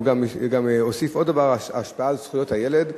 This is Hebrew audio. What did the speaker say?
הוא הוסיף השפעה על זכויות הילד: